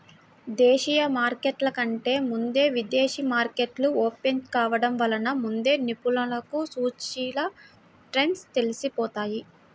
దేశీయ మార్కెట్ల కంటే ముందే విదేశీ మార్కెట్లు ఓపెన్ కావడం వలన ముందే నిపుణులకు సూచీల ట్రెండ్స్ తెలిసిపోతాయి